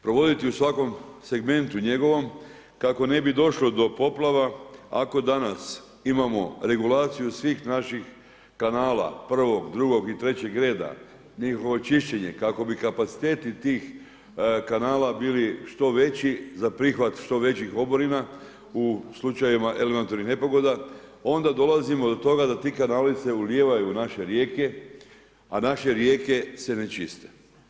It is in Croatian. Provoditi u svakom segmentu njegovom kako ne bi došlo do poplava ako danas imamo regulaciju svih naših kanala, prvog, drugog i trećeg reda, njihovo čišćenje kako bi kapaciteti tih kanala bili što veći za prihvat što većih oborina u slučajevima elementarnih nepogoda, onda dolazimo do toga da ti kanali se ulijevaju naše rijeke a naša rijeke se ne čiste.